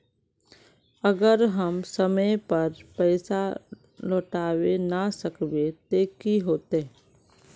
अगर हम समय पर पैसा लौटावे ना सकबे ते की होते?